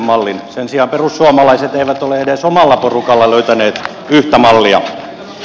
sen sijaan perussuomalaiset eivät ole omalla porukallaan löytäneet edes yhtä mallia